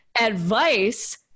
advice